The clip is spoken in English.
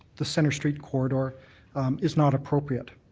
the centre street corridor is not appropriate.